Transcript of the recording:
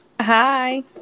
hi